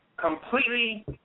completely